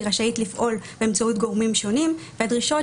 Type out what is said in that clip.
היא רשאית לפעול באמצעות גורמים שונים והדרישות